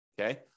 Okay